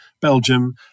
Belgium